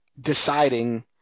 deciding